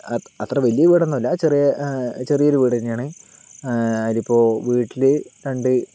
അത് അത്ര വലിയ വീടൊന്നുമല്ല ചെറിയ ചെറിയ ഒരു വീട് തന്നെയാണ് അതിലിപ്പോൾ വീട്ടിൽ രണ്ട്